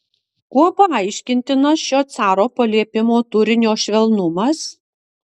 kuo paaiškintinas šio caro paliepimo turinio švelnumas